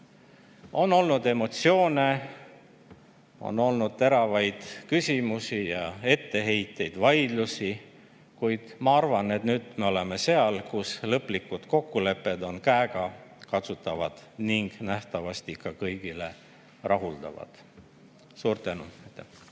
On olnud emotsioone, on olnud teravaid küsimusi ja etteheiteid, vaidlusi, kuid ma arvan, et nüüd me oleme seal, kus lõplikud kokkulepped on käegakatsutavad ning nähtavasti ka kõiki rahuldavad. Suur tänu!